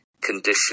condition